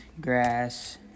grass